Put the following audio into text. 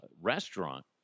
restaurant